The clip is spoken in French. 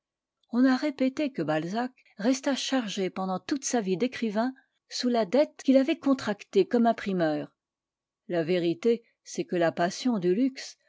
on a répété que balzac resta chargé pendant toute sa vie d'écrivain sous la dette qu'il avait contractée comme imprimeur la vérité c'est que la passion du luxe